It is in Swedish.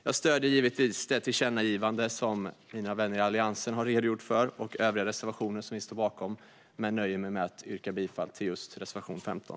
Jag stöder givetvis det tillkännagivande som mina vänner i Alliansen har redogjort för och övriga reservationer som vi står bakom men nöjer mig med att yrka bifall till reservation 15.